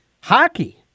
Hockey